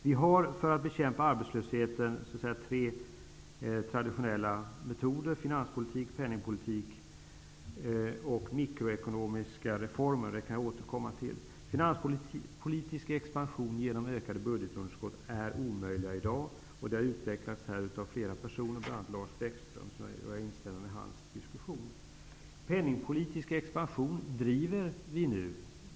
Vi har för att bekämpa arbetslösheten tre traditionella metoder: finanspolitik, penningpolitik och mikroekonomiska reformer. Det kan jag återkomma till. Finanspolitisk expansion genom ökade budgetunderskott är omöjlig i dag, och det har utvecklats av flera personer, bl.a. Lars Bäckström. Jag instämmer med honom. Penningpolitisk expansion bedriver vi nu.